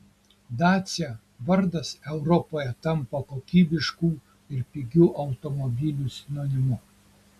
dacia vardas europoje tampa kokybiškų ir pigių automobilių sinonimu